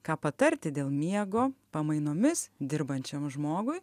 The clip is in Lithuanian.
ką patarti dėl miego pamainomis dirbančiam žmogui